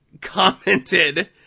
commented